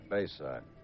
Bayside